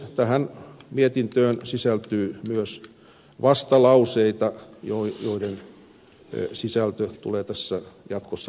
tähän mietintöön sisältyy myös vastalauseita joiden sisältö tulee jatkossa varmaankin esille